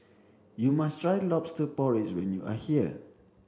you must try lobster porridge when you are here